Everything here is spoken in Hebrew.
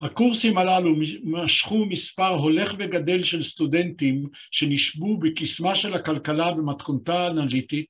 הקורסים הללו משכו מספר הולך וגדל של סטודנטים שנשבו בקיסמה של הכלכלה במתכונתה האנליטית.